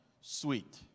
sweet